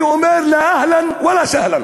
אני אומר: לא אהלן ולא סהלן